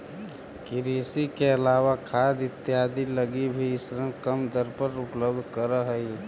कृषि के अलावा खाद इत्यादि लगी भी ऋण कम दर पर उपलब्ध रहऽ हइ